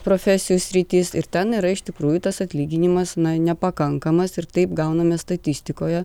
profesijų sritys ir ten yra iš tikrųjų tas atlyginimas nepakankamas ir taip gauname statistikoje